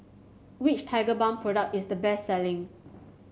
which Tigerbalm product is the best selling